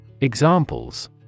Examples